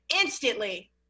instantly